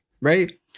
right